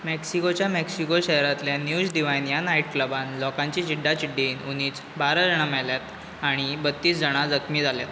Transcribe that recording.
मेक्सिकोच्या Mexico शारांतल्यान News Divine ह्या night क्लबान लोकांची चिड्डा चिड्डींत उणींच बारा जाणां मेल्यांत आनी बत्तीस जाणां जखमी जाल्यांत